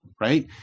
right